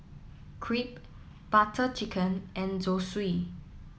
Crepe Butter Chicken and Zosui